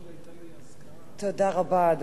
8742, 8748, 8749, 8758, 8761 ו-8765.